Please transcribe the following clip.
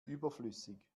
überflüssig